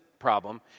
problem